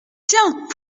tiens